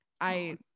I-